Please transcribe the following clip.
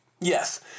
Yes